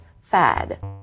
fad